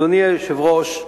אדוני היושב-ראש,